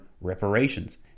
reparations